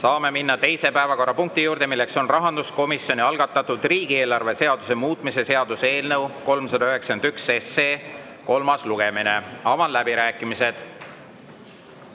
Saame minna teise päevakorrapunkti juurde, mis on rahanduskomisjoni algatatud riigieelarve seaduse muutmise seaduse eelnõu 391 kolmas lugemine. Avan läbirääkimised.